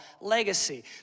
Legacy